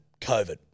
COVID